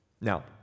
Now